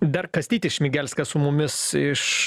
dar kastytis šmigelskas su mumis iš